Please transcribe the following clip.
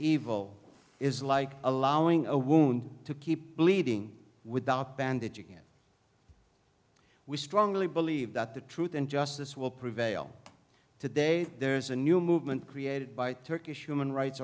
evil is like allowing a wound to keep bleeding without bandaging him we strongly believe that the truth and justice will prevail today there's a new movement created by turkish human rights